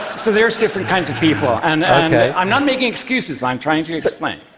so there's different kinds of people, and i'm not making excuses, i'm trying to explain.